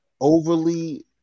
overly